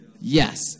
Yes